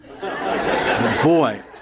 Boy